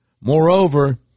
Moreover